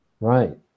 Right